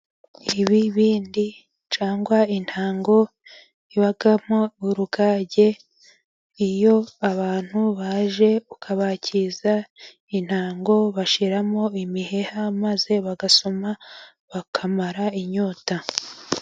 Ibibindi cyangwa intango ibamo urugage, iyo abantu baje ukabakiza intango bashiramo imiheha maze bagasoma bakamara inyota.